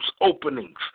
openings